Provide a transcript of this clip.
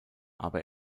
aber